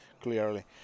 clearly